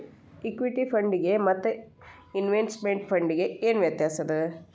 Equity ಫಂಡಿಗೆ ಮತ್ತ investment ಫಂಡಿಗೆ ಏನ್ ವ್ಯತ್ಯಾಸದ?